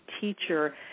teacher